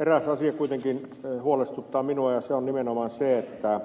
eräs asia kuitenkin huolestuttaa minua ja se on nimenomaan se että